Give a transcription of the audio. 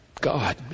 God